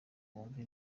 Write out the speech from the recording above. wumve